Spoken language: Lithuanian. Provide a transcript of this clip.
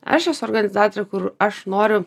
aš esu organizatorė kur aš noriu